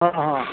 অঁ অঁ